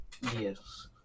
yes